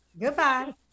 Goodbye